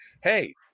Hey